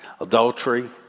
Adultery